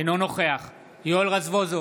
אינו נוכח יואל רזבוזוב,